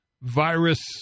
virus